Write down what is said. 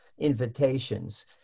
invitations